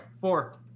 four